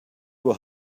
will